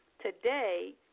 Today